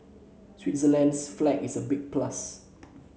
Switzerland's flag is a big plus